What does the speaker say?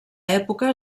època